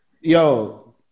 Yo